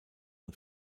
und